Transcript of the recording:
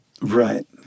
right